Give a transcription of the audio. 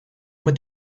mit